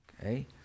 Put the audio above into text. Okay